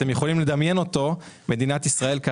במדינת ישראל,